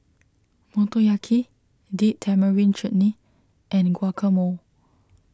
Motoyaki Date Tamarind Chutney and Guacamole